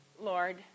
Lord